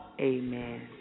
amen